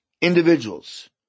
individuals